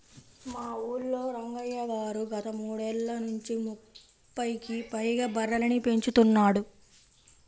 మా ఊల్లో రంగయ్య గారు గత మూడేళ్ళ నుంచి ముప్పైకి పైగా బర్రెలని పెంచుతున్నాడు